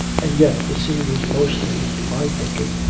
and yet the sea was mostly, to my thinking,